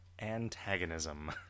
antagonism